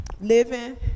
living